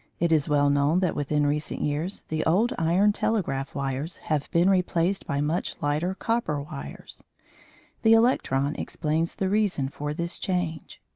it is well known that within recent years the old iron telegraph wires have been replaced by much lighter copper wires the electron explains the reason for this change.